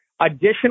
additional